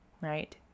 right